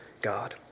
God